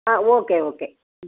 ஆ okay okay ம்